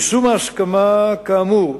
2. יישום הסכמה, כאמור,